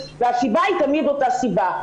והסיבה היא תמיד אותה סיבה,